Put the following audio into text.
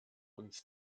uns